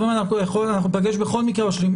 נכון, אנחנו ניפגש בכל מקרה ב-30.